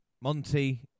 Monty